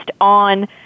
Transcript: on